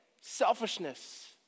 selfishness